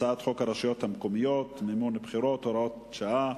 הצעת חוק הרשויות המקומיות (מימון בחירות) (הוראת שעה),